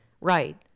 right